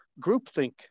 groupthink